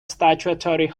statutory